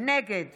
נגד